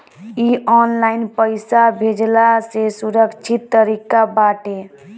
इ ऑनलाइन पईसा भेजला से सुरक्षित तरीका बाटे